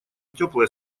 теплые